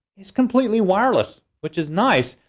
it's completely wireless, which is nice.